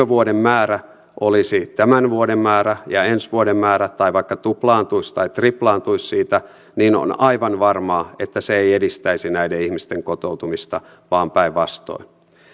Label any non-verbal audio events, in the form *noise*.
*unintelligible* vuoden määrä olisi tämän vuoden määrä ja ensi vuoden määrä tai vaikka tuplaantuisi tai triplaantuisi siitä niin on aivan varmaa että se ei edistäisi näiden ihmisten kotoutumista vaan päinvastoin